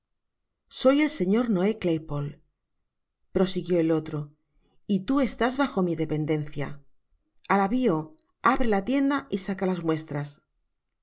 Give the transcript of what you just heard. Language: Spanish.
soy el señor noé glaypole prosiguió el otro y tu estás bajo mi dependencia al avio abre la tienda y saca las muestras